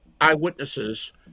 eyewitnesses